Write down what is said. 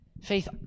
Faith